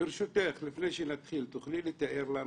האם תוכלי לתאר לנו